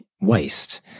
waste